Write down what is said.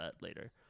later